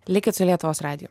likit su lietuvos radiju